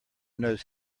knows